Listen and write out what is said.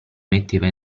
metteva